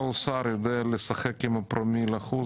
כל שר יודע לשחק עם פרומיל האחוז,